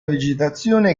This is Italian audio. vegetazione